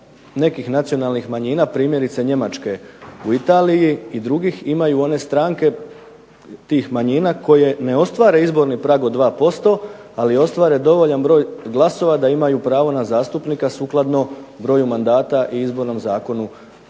nekih nacionalnih manjina primjerice Njemačke u Italiji i drugih imaju one stranke tih manjina koje ne ostvare izborni prag od 2% ali ostvare dovoljan broj glasova da imaju pravo na zastupnika sukladno broju mandata i Izbornom zakonu